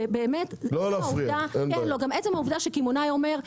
באמת לאור העובדה שקמעונאי אומר,